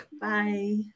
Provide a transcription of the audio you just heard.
Bye